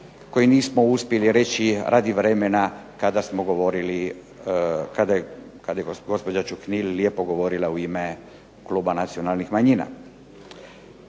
koji nismo uspjeli reći radi vremena kada smo govorili, kada je gospođa Čuhnil lijepo govorila u ime kluba nacionalnih manjina.